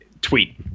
tweet